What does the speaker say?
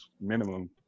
minimum